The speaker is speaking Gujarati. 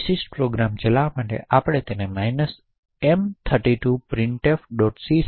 આ વિશિષ્ટ પ્રોગ્રામને ચલાવવા માટે આપણે તેને m32 print2